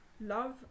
love